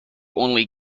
only